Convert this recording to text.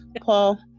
Paul